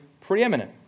preeminent